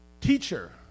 teacher